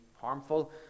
harmful